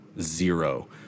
zero